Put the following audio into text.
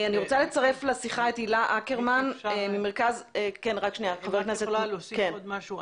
אם את יכולה להוסיף עוד משהו,